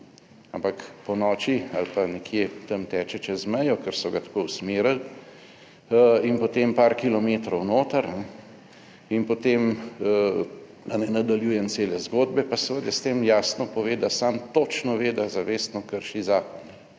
ampak ponoči ali pa nekje tam teče čez mejo, ker so ga tako usmerili in potem par kilometrov noter in potem, da ne nadaljujem cele zgodbe, pa seveda s tem jasno pove, da sam točno ve, da zavestno krši